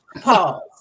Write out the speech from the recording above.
pause